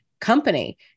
company